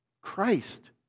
Christ